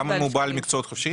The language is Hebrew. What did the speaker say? גם אם הוא בעל מקצועות חופשיים?